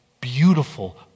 beautiful